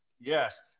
Yes